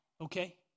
okay